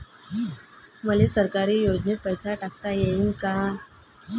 मले सरकारी योजतेन पैसा टाकता येईन काय?